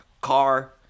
car